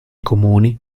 comuni